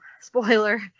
spoiler